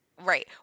Right